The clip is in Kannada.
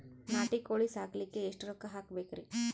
ನಾಟಿ ಕೋಳೀ ಸಾಕಲಿಕ್ಕಿ ಎಷ್ಟ ರೊಕ್ಕ ಹಾಕಬೇಕ್ರಿ?